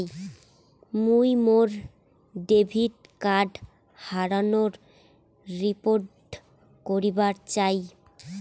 মুই মোর debit card হারানোর রিপোর্ট করিবার চাই